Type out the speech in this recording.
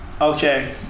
Okay